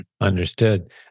Understood